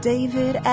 David